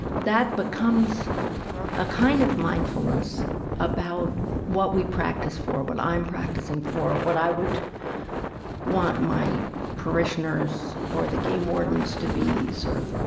that becomes a kind of mindfulness about what we practice for what i'm practicing for, what i would want my parishioners or the game wardens to be sort of,